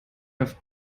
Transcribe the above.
auf